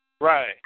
Right